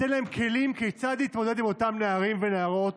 שייתן להם כלים כיצד להתמודד עם אותם נערים ונערות